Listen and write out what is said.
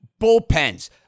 bullpens